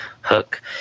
hook